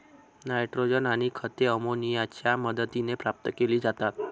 nitrogen आणि खते अमोनियाच्या मदतीने प्राप्त केली जातात